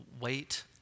wait